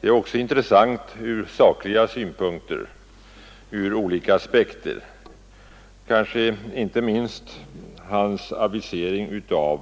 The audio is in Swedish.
Det är också intressant ur sakliga synpunkter, ur olika aspekter, kanske inte minst genom hans avisering av